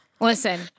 listen